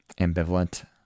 ambivalent